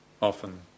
Often